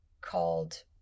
called